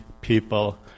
people